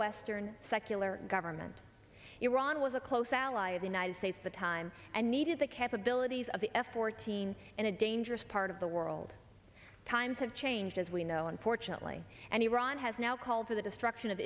western secular government iran was a close ally of the united states the time and needed the capabilities of the f fourteen in a dangerous part of the world times have changed as we know unfortunately and iran has now called for the destruction of